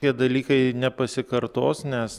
tie dalykai nepasikartos nes